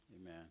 Amen